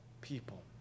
people